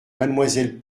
mademoiselle